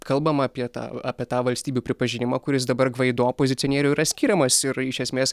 kalbama apie tą apie tą valstybių pripažinimą kuris dabar gvaido opozicionierių yra skiriamas ir iš esmės